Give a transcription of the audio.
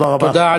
תודה רבה.